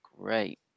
great